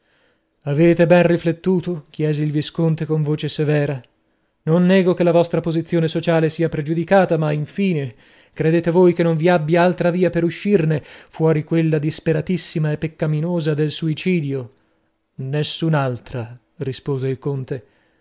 avete ben riflettuto chiese il visconte con voce severa non nego che la vostra posizione sociale sia pregiudicata ma infine credete voi che non vi abbia altra via per uscirne fuori quella disperatissima e peccaminosa del suicidio nessun'altra rispose il conte